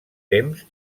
temps